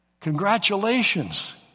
Congratulations